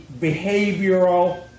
behavioral